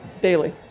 daily